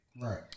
Right